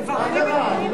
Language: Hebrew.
מה קרה?